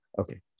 Okay